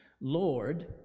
Lord